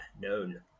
known